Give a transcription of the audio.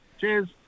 cheers